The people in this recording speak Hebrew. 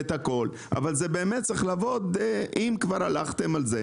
אבל אם כבר הולכים על זה,